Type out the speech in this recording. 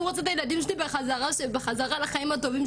אני רוצה את הילדים שלי בחזרה לחיים הטובים,